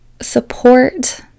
support